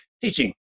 Teaching